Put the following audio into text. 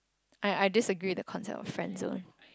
I I disagree with the concept of friendzone